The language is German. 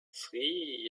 sri